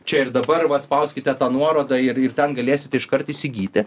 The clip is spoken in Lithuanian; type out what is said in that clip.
čia ir dabar va paspauskite tą nuorodą ir ir ten galėsite iškart įsigyti